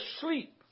sleep